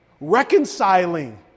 reconciling